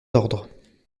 ordres